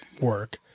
work